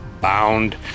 bound